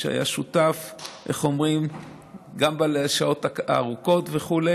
שהיה שותף גם בשעות הארוכות וכו'.